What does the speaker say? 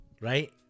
right